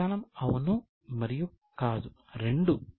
సమాధానం అవును మరియు కాదు రెండూ